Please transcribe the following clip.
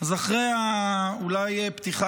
אחרי אולי הפתיחה